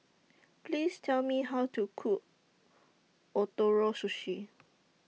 Please Tell Me How to Cook Ootoro Sushi